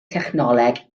technoleg